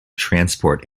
transport